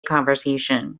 conversation